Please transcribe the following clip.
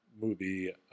movie